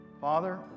Father